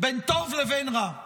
בין טוב לבין רע.